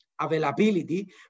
availability